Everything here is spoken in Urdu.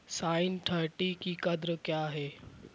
سائن تھرٹی کی قدر کیا ہے